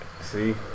See